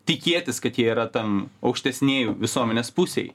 tikėtis kad jie yra tam aukštesnėj visuomenės pusėj